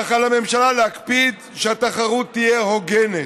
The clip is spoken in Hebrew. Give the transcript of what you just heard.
אך על הממשלה להקפיד שהתחרות תהיה הוגנת.